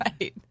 right